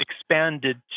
expanded